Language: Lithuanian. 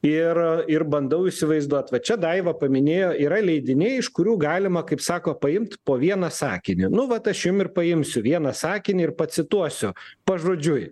ir ir bandau įsivaizduot va čia daiva paminėjo yra leidiniai iš kurių galima kaip sako paimt po vieną sakinį nu vat aš jum ir paimsiu vieną sakinį ir pacituosiu pažodžiui